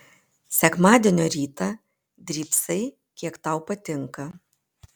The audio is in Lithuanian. sekmadienio rytą drybsai kiek tau patinka